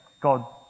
God